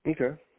Okay